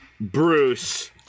Bruce